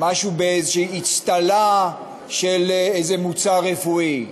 משהו באיזו אצטלה של איזה מוצר רפואי,